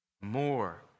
more